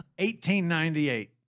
1898